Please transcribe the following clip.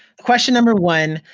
question number one,